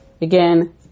Again